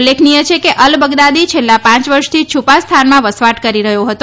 ઉલ્લેખનિય છે કે અલ બગદાદી છેલ્લા પાંચ વર્ષથી છુપા સ્થાનમાં વસવાટ કરી રહ્યો હતો